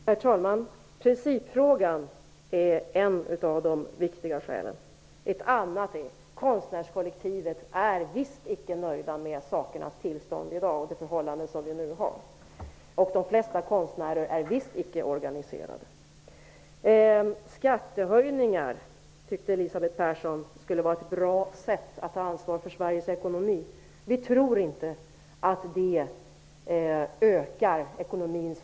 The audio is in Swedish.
Herr talman! Principfrågan är ett av de viktiga skälen. Ett annat är att konstnärskollektivet visst icke är nöjda med sakernas tillstånd i dag och det förhållande som vi nu har. De flesta konstnärer är visst icke organiserade. Elisabeth Persson tyckte att ett bra sätt att ta ansvar för Sveriges ekonomi skulle vara att genomföra skattehöjningar.